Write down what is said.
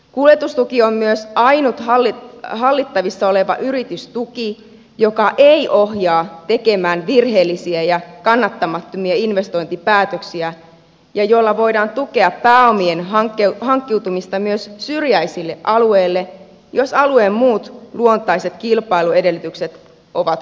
kuljetustuki on myös ainut hallittavissa oleva yritystuki joka ei ohjaa tekemään virheellisiä ja kannattamattomia investointipäätöksiä ja jolla voidaan tukea pääomien hankkiutumista myös syrjäisille alueille jos alueen muut luontaiset kilpailuedellytykset ovat kunnossa